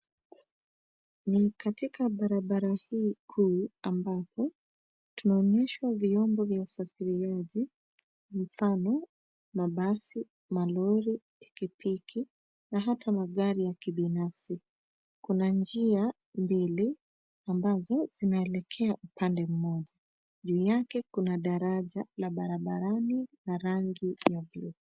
Ni katika barabara hii kuu ambapo tunaonyeshwa vyombo vya usafiriaji mfano mabasi, malori, pikipiki na hata magari ya kibinafsi. Kuna njia mbili ambazo zinaelekea upande mmoja. Juu yake kuna daraja la barabarani la rangi ya buluu.